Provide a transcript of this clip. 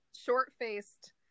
short-faced